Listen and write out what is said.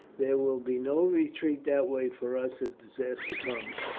there will be no retreat that way for us if disaster comes.